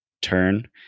turn